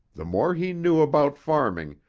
the more he knew about farming,